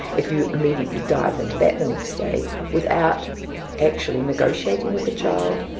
if you immediately dive into that the next day without actually negotiating with the child,